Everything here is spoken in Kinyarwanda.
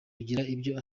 ibyo